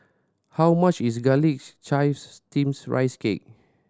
how much is Garlic Chives Steamed Rice Cake